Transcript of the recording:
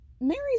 Mary